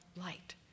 light